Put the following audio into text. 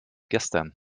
gestern